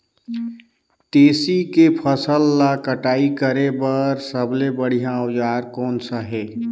तेसी के फसल ला कटाई करे बार सबले बढ़िया औजार कोन सा हे?